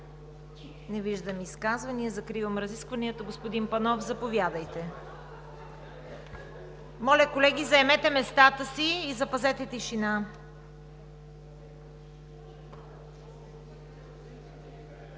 Не виждам изказвания. Закривам разискванията. Господин Панов, заповядайте. (Шум и реплики.) Колеги, заемете местата си и запазете тишина!